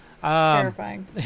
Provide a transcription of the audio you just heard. Terrifying